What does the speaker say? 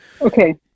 Okay